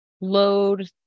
load